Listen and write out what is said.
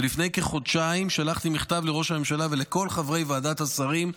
ולפני כחודשיים שלחתי מכתב לראש הממשלה ולכל חברי ועדת השרים,